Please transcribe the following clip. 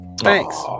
Thanks